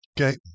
Okay